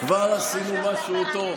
כבר עשינו משהו טוב.